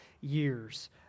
years